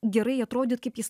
gerai atrodyt kaip jis